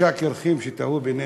שלושה קירחים שטעו בינינו: